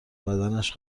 بدنش